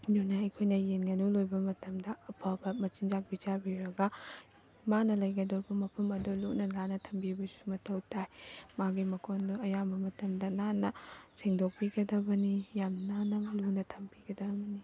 ꯑꯗꯨꯅ ꯑꯩꯈꯣꯏꯅ ꯌꯦꯟ ꯉꯥꯅꯨ ꯂꯣꯏꯕ ꯃꯇꯝꯗ ꯑꯐꯕ ꯃꯆꯤꯟꯖꯥꯛ ꯄꯤꯖꯕꯤꯔꯒ ꯃꯥꯅ ꯂꯩꯒꯗꯣꯔꯤꯕ ꯃꯐꯝ ꯑꯗꯨ ꯂꯨꯅꯥ ꯅꯥꯟꯅ ꯊꯝꯕꯤꯕꯁꯨ ꯃꯊꯧ ꯇꯥꯏ ꯃꯥꯒꯤ ꯃꯀꯣꯟꯗꯨ ꯑꯌꯥꯝꯕ ꯃꯇꯝꯗ ꯅꯥꯟꯅ ꯁꯦꯡꯗꯣꯛꯄꯤꯒꯗꯕꯅꯤ ꯌꯥꯝ ꯅꯥꯟꯅ ꯂꯨꯅ ꯊꯝꯕꯤꯒꯗꯕꯅꯤ